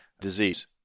disease